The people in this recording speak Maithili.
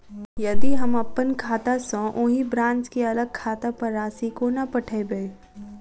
यदि हम अप्पन खाता सँ ओही ब्रांच केँ अलग खाता पर राशि कोना पठेबै?